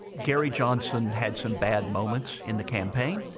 gary johnson had some bad moments in the campaign.